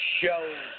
show